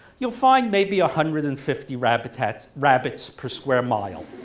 you'll find maybe a hundred and fifty rabbits rabbits per square mile.